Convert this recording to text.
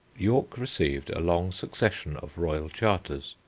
york received a long succession of royal charters.